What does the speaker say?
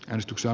kristuksen